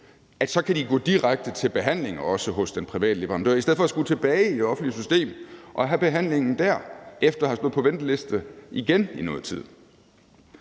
så kan de gå direkte til behandling også hos den private leverandør, i stedet for at skulle tilbage i det offentlige system og have behandlingen der efter igen at have stået på venteliste i noget tid.